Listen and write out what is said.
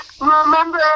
Remember